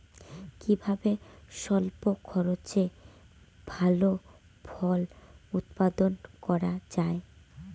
কিভাবে স্বল্প খরচে ভালো ফল উৎপাদন করা যায়?